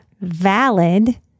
valid